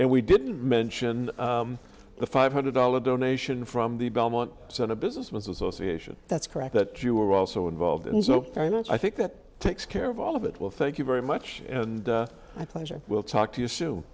and we didn't mention the five hundred dollars donation from the belmont so the business was association that's correct that you were also involved and so i think that takes care of all of it will thank you very much and i pleasure we'll talk to you s